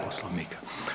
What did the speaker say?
Poslovnika.